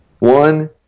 One